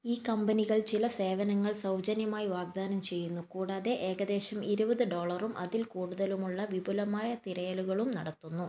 ഈ കമ്പനികൾ ചില സേവനങ്ങൾ സൗജന്യമായി വാഗ്ദാനം ചെയ്യുന്നു കൂടാതെ ഏകദേശം ഇരുപത് ഡോളറും അതിൽ കൂടുതൽ വിപുലമായ തിരയലുകളും നടത്തുന്നു